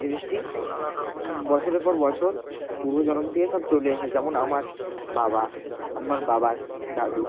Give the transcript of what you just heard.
জিনিসটি বছরের পর বছর পূর্ব জন্ম থেকে সব চলে এসেছে যেমন আমার বাবা আমার বাবার দাদু